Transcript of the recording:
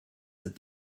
that